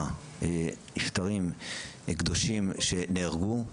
45 נפטרים קדושים שנהרגו.